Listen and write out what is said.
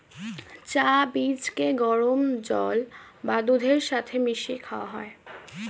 চা বীজকে গরম জল বা দুধের সাথে মিশিয়ে খাওয়া হয়